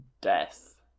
death